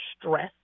stress